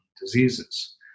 diseases